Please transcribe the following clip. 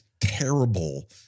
terrible